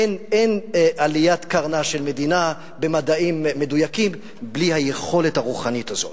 אין עליית קרנה של מדינה במדעים מדויקים בלי היכולת הרוחנית הזאת.